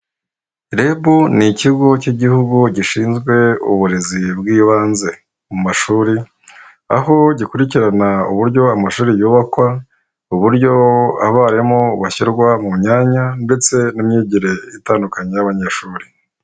Reb ni ikigo cy'igihugu gishinzwe uburezi bw'ibanze mu mashuri. Aho gikurikirana uburyo amashuri yubakwa, uburyo abarimu bashyirwa mu myanya ndetse n'imyigire itandukanye y'abanyeshuri.